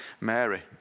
Mary